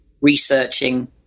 researching